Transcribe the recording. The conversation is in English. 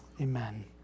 amen